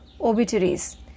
obituaries